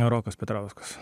rokas petrauskas